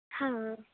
हा